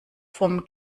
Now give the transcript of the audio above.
vom